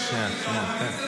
לא בכול יש משמעת קואליציונית.